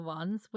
ones